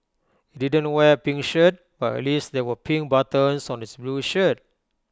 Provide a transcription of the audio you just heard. he didn't wear A pink shirt but at least there were pink buttons on his blue shirt